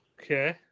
okay